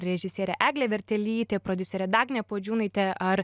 režisierė eglė vertelytė prodiuserė dagnė puodžiūnaitė ar